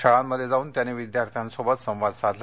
शाळांमध्ये जावून त्यांनी विद्यार्थ्यांसोबत संवाद साधला